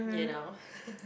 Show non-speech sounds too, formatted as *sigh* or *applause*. you know *laughs*